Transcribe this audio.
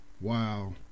wow